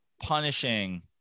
punishing